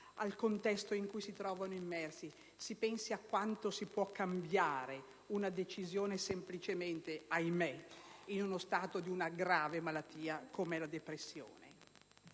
al contesto in cui si trovano immerse. Si pensi a quanto si può cambiare una decisione semplicemente, ahimé, in uno stato di grave malattia come la depressione.